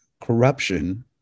corruption